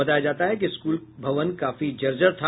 बताया जाता है कि स्कूल भवन काफी जर्जर था